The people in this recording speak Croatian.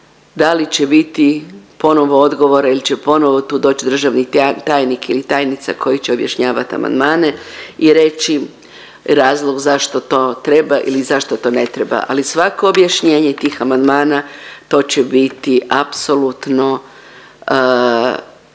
da li će biti ponovo odgovora ili će ponovo doći tu državni tajnik ili tajnica koji će objašnjavat amandmane i reći razlog zašto to treba ili zašto to ne treba, ali svako objašnjenje tih amandmana to će biti apsolutno